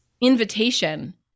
invitation